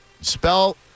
Spell